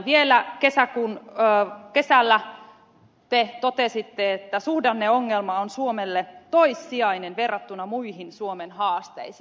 vielä kesällä te totesitte että suhdanneongelma on suomelle toissijainen verrattuna muihin suomen haasteisiin